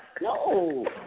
No